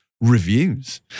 reviews